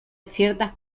ciertas